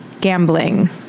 gambling